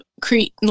create